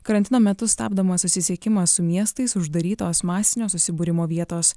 karantino metu stabdomas susisiekimas su miestais uždarytos masinio susibūrimo vietos